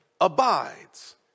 abides